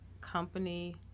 company